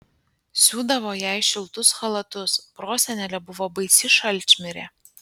siūdavo jai šiltus chalatus prosenelė buvo baisi šalčmirė